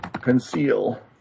Conceal